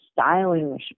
styling